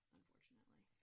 unfortunately